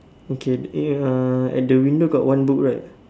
okay eh uh at the window got one book right